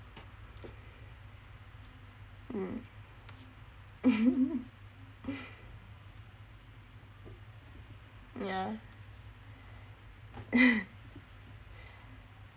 mm yah